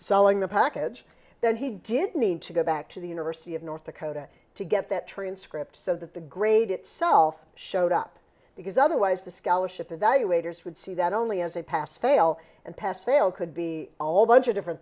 selling the package then he did need to go back to the university of north dakota to get that transcript so that the grade itself showed up because otherwise the scholarship evaluators would see that only as a pass fail and pass fail could be all bunch of different